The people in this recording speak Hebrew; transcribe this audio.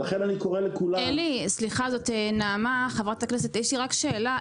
אלי, יש לי רק שאלה.